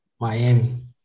Miami